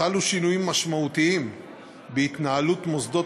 חלו שינויים משמעותיים בהתנהלות מוסדות